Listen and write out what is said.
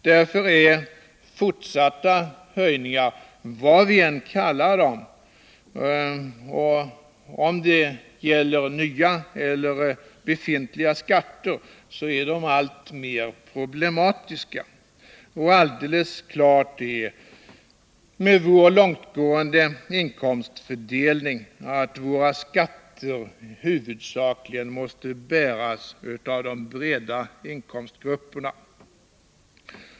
Därför är fortsatta höjningar, vad vi än kallar dem och oavsett om de gäller nya eller befintliga skatter, alltmer problematiska. Och alldeles klart är att, med vår långtgående inkomstfördelning, våra skattebördor huvudsakligen måste bäras av de breda inkomstgrupperna.